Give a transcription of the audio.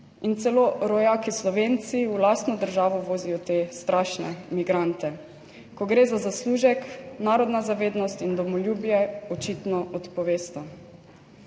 in celo rojaki Slovenci v lastno državo vozijo te strašne migrante. Ko gre za zaslužek, narodna zavednost in domoljubje očitno odpovesta.